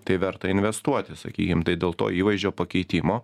tai verta investuoti sakykim tai dėl to įvaizdžio pakeitimo